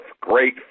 great